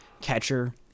catcher